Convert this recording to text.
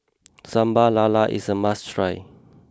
Sambal Lala is a must try